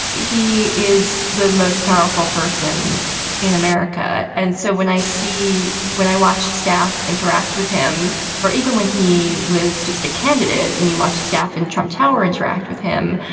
he is the most powerful person in america. and so when i see when i watch staff interact with him or even when he was just a candidate. when you watch staff in trump tower interact with him,